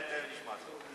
זה היה נשמע יותר טוב.